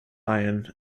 iron